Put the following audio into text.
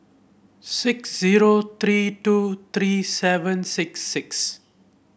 six zero three two three seven six six